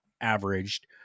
averaged